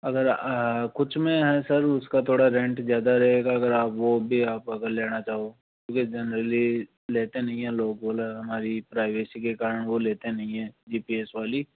अगर कुछ में है सर उसका थोड़ा रेंट ज़्यादा रहेगा अगर आप वो भी आप अगर लेना चाहो क्योंकि जनरली लेते नहीं हैं लोग ओला हमारी प्राइवेसी के कारण वो लेते नहीं है जी पी एस वाली